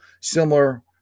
similar